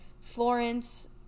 florence